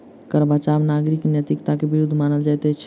कर बचाव नागरिक नैतिकता के विरुद्ध मानल जाइत अछि